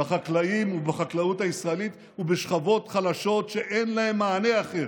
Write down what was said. בחקלאים בחקלאות הישראלית ובשכבות חלשות שאין להן מענה אחר.